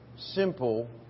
simple